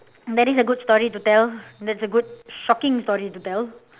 that is a good story to tell that's a good shocking story to tell